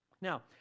Now